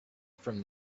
from